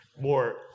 more